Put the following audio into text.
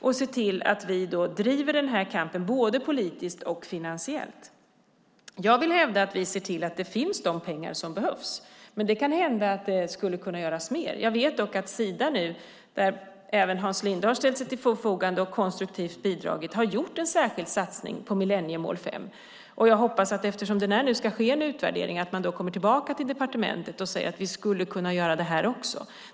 Vi ska driva kampen både politiskt och finansiellt. Jag vill hävda att vi ser till att de pengar som behövs finns. Men det kan hända att mer kan göras. Jag vet dock att Sida - där även Hans Linde har ställt sig till förfogande och bidragit konstruktivt - har gjort en särskild satsning på millenniemål 5. Jag hoppas att eftersom det nu ska ske en utvärdering att man kommer tillbaka till departementet och säger att man kan göra detta också.